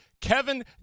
Kevin